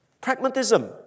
Pragmatism